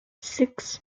six